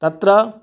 तत्र